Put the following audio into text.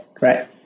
right